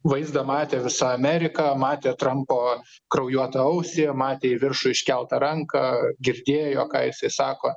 vaizdą matė visa amerika matė trampo kraujuotą ausį matė į viršų iškeltą ranką girdėjo ką jisai sako